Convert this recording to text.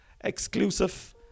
exclusive